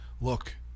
look